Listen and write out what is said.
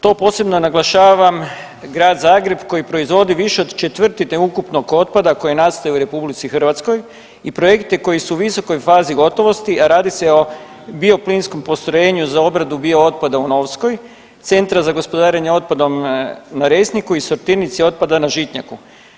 To posebno naglašavam Grad Zagreb koji proizvodi više od četvrtine ukupnog otpada koji nastaje u RH i projekte koji su u visokoj fazi gotovosti, a radi se o Bioplinskom postrojenju za obradu biootpada u Novskoj, Centra za gospodarenje otpadom na Resniku i Sortirnici otpada na Žitnjaku.